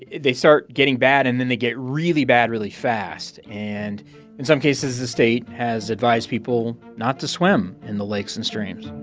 they start getting bad and then they get really bad really fast. and in some cases, the state has advised people not to swim in the lakes and streams